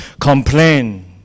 complain